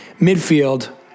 Midfield